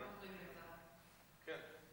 כן.